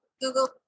Google